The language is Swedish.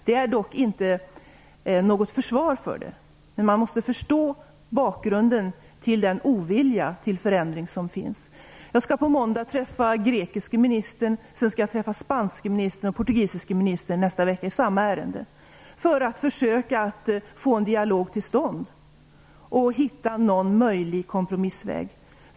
Det är inte något försvar, men man måste förstå bakgrunden till den ovilja till förändring som finns. På måndag skall jag träffa den grekiske ministern, och nästa vecka skall jag träffa den spanske ministern och den portugisiske ministern i samma ärende för att försöka få en dialog till stånd och hitta någon möjlig kompromissväg.